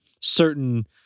certain